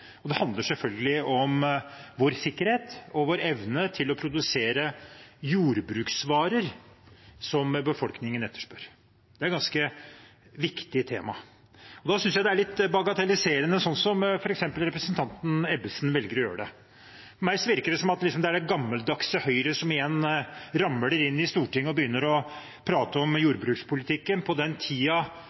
og det handler selvfølgelig om vår sikkerhet og vår evne til å produsere jordbruksvarer som befolkningen etterspør. Det er et ganske viktig tema, og da synes jeg det er litt bagatelliserende, sånn som f.eks. representanten Ebbesen velger å gjøre det. For meg virker det som om det er det gammeldagse Høyre som igjen ramler inn i Stortinget og begynner å prate om jordbrukspolitikken sånn som på den